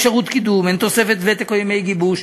אין אפשרות קידום, אין תוספת ותק או ימי גיבוש.